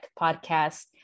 podcast